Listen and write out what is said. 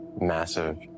Massive